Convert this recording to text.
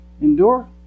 Endure